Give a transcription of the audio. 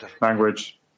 language